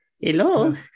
Hello